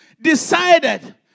decided